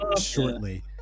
shortly